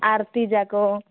ଆରତୀ ଯାକ